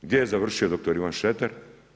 Gdje je završio dr. Ivan Šreter?